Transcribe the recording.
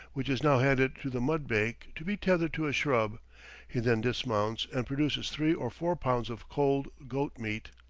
which is now handed to the mudbake to be tethered to a shrub he then dismounts and produces three or four pounds of cold goat meat.